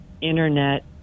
Internet